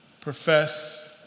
profess